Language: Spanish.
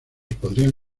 podrían